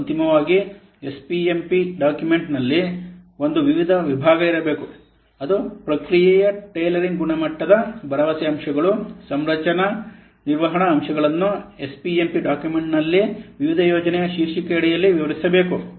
ಮತ್ತು ಅಂತಿಮವಾಗಿ ಎಸ್ಪಿಎಂಪಿ ಡಾಕ್ಯುಮೆಂಟ್ನಲ್ಲಿ ಒಂದು ವಿವಿಧ ವಿಭಾಗ ಇರಬೇಕು ಅದು ಪ್ರಕ್ರಿಯೆಯ ಟೈಲರಿಂಗ್ ಗುಣಮಟ್ಟದ ಭರವಸೆ ಅಂಶಗಳು ಸಂರಚನಾ ನಿರ್ವಹಣಾ ಅಂಶಗಳನ್ನು ಎಸ್ಪಿಎಂಪಿ ಡಾಕ್ಯುಮೆಂಟ್ ನಲ್ಲಿ ವಿವಿಧ ಯೋಜನೆಗಳ ಶೀರ್ಷಿಕೆಯಡಿಯಲ್ಲಿ ವಿವರಿಸಬೇಕು